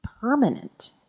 permanent